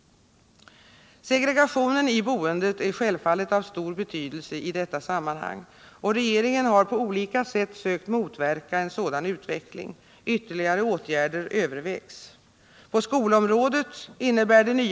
Segregation i boendet är självfallet av stor betydelse i detta sammanhang, och regeringen har på olika sätt sökt motverka en sådan utveckling. Ytterligare åtgärder övervägs.